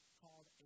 called